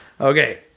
Okay